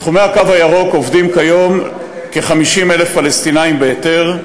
בתחומי הקו הירוק עובדים כיום כ-50,000 פלסטינים בהיתר,